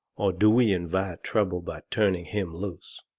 or do we invite trouble by turning him loose?